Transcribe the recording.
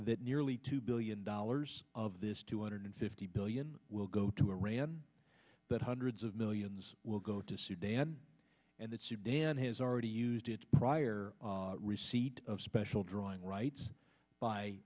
that nearly two billion dollars of this two hundred fifty billion will go to iran that hundreds of millions will go to sudan and that sudan has already used its prior receipt of special drawing rights by